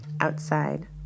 outside